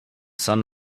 sun